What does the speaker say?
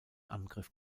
angriff